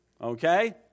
okay